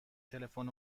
تلفن